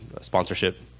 sponsorship